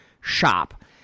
shop